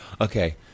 Okay